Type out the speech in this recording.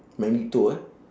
magneto ah